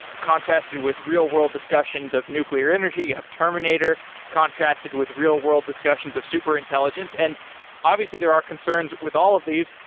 ah contrasted with real-world discussions of nuclear energy, you have terminator contrasted contrasted with real-world discussions of super intelligence and obviously, there are concerns with all of these,